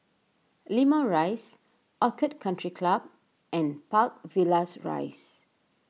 Limau Rise Orchid Country Club and Park Villas Rise